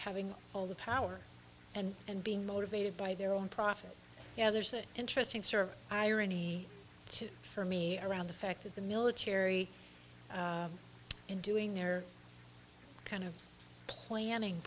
having all the power and and being motivated by their own profit yeah there's an interesting survey irony too for me around the fact that the military in doing their kind of planning